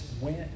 went